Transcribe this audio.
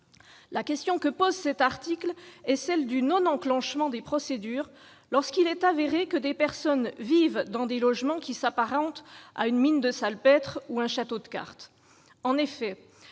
La question qui sous-tend cet article est celle du non-enclenchement des procédures lorsqu'il est avéré que des personnes vivent dans un logement s'apparentant à une « mine de salpêtre » ou à un « château de cartes ». En effet,